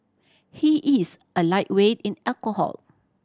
he is a lightweight in alcohol